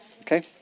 Okay